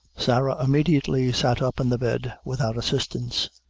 sarah immediately sat up in the bed, without assistance,